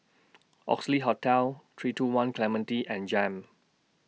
Oxley Hotel three two one Clementi and Jem